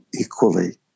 equally